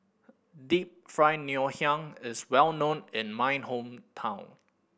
Deep Fried Ngoh Hiang is well known in my hometown